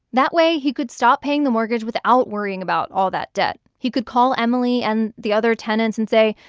that way, he could stop paying the mortgage without worrying about all that debt. he could call emily and the other tenants and say,